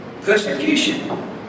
persecution